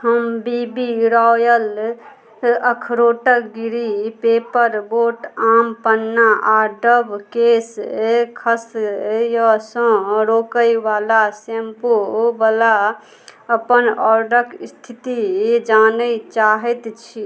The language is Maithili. हम बी बी रॉयल अखरोटके गिरी पेपरबोट आमपन्ना आओर डव केश खसैसँ रोकैवला शैम्पूवला अपन ऑडरके इस्थिति जानै चाहै छी